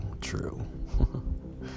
true